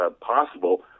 possible